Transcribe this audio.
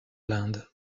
l’inde